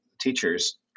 teachers